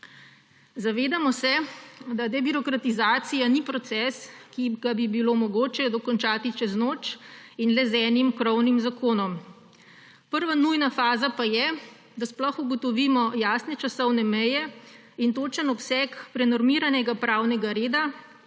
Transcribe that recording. Zavedamo se, da debirokratizacija ni proces, ki bi ga bilo mogoče dokončati čez noč in le z enim krovnim zakonom. Prva nujna faza pa je, da sploh ugotovimo jasne časovne meje in točen obseg prenormiranega pravnega reda,